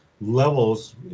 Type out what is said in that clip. levels